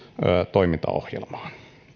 toimintaohjelmaan